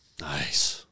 nice